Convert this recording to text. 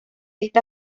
esta